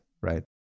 right